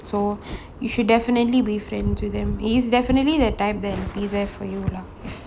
so you should definitely be friend to them he is definitely that type then be there for you lah